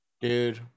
Dude